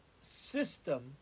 system